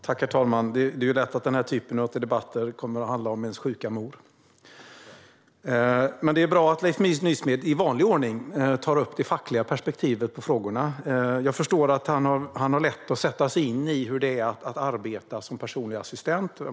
Herr talman! Det är lätt att denna typ av debatter kommer att handla om ens sjuka mor. Men det är bra att Leif Nysmed i vanlig ordning tar upp det fackliga perspektivet på frågorna. Jag förstår att han har lätt att sätta sig in i hur det är att arbeta som personlig assistent.